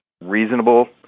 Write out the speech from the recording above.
reasonable